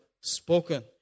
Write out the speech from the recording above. spoken